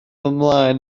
ymlaen